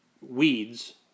weeds